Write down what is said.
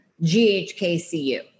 GHKCU